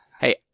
Hey